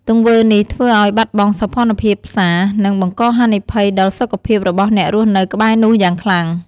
ទង្វើនេះធ្វើឱ្យបាត់បង់សោភ័ណភាពផ្សារ និងបង្កហានិភ័យដល់សុខភាពរបស់អ្នករស់នៅក្បែរនោះយ៉ាងខ្លាំង។